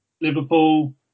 Liverpool